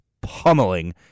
pummeling